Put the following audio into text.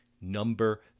number